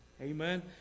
Amen